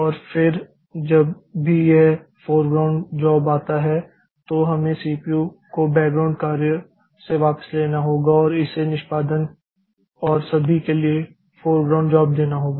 और फिर जब भी यह फोरग्राउंड कार्य आता है तो हमें सीपीयू को बैकग्राउंड कार्य से वापस लेना होगा और इसे निष्पादन और सभी के लिए फोरग्राउंड जॉब देना होगा